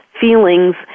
feelings